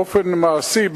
באופן מעשי,